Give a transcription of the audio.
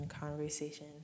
conversation